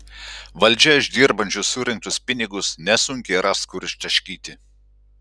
valdžia iš dirbančių surinktus pinigus nesunkiai ras kur ištaškyti